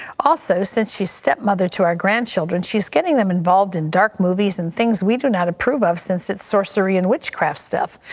also since she is stepmother to our grandchildren she is getting them involved in dark movies and things we do not approve of since it's sorcery and witchcraft stuff.